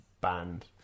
band